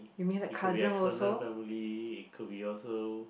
it could be external family it could be also